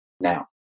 now